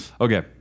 okay